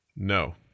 no